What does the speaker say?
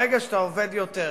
ברגע שאתה עובד יותר,